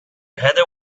heather